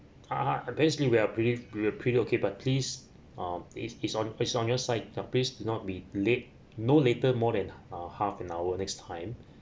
ah ah basically we are pretty pretty pretty okay but please uh it's on it's on your side please not be late no later more than uh half an hour next time